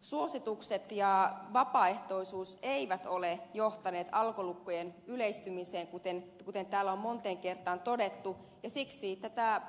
suositukset ja vapaaehtoisuus eivät ole johtaneet alkolukkojen yleistymiseen kuten täällä on moneen kertaan todettu ja siksi tätä